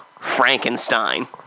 Frankenstein